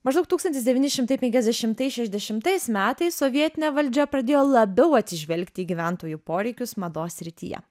maždaug tūkstantis devyni šimtai penkiasdešimtais šešiasdešimtais metais sovietinė valdžia pradėjo labiau atsižvelgti į gyventojų poreikius mados srityje